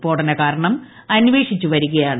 സ്ഫ്ലോടന കാരണം അന്വേഷിച്ചുവരികയാണ്